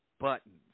buttons